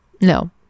No